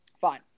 fine